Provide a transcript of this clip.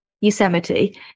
Yosemite